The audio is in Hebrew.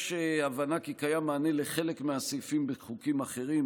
יש הבנה כי קיים מענה לחלק מהסעיפים בחוקים אחרים.